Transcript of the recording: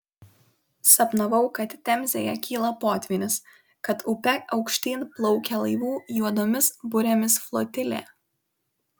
sapnavau kad temzėje kyla potvynis kad upe aukštyn plaukia laivų juodomis burėmis flotilė